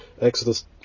Exodus